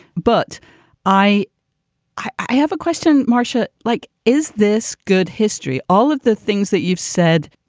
but i i have a question, marcia. like, is this good history? all of the things that you've said,